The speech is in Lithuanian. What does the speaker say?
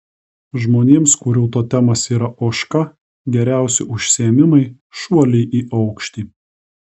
žmonėms kurių totemas yra ožka geriausi užsiėmimai šuoliai į aukštį